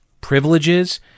privileges